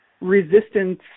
resistance